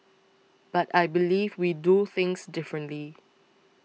but I believe we do things differently